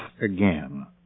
again